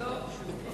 רב זה מי שלומד.